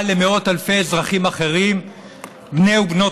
אבל למאות אלפי אזרחים אחרים בני ובנות